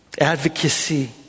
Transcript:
Advocacy